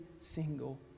single